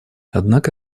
однако